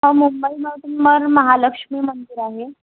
मं मुंबईमधून मर महालक्ष्मी मंदिर आहे